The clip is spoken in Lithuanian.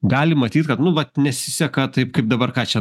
gali matyt kad nu vat nesiseka taip kaip dabar ką čia